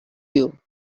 you